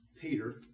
Peter